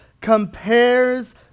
compares